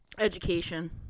Education